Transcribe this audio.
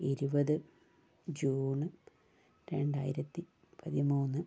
ഇരുപത് ജൂണ് രണ്ടായിരത്തിപതിമൂന്ന്